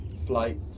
Flight